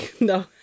No